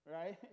right